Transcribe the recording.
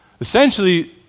Essentially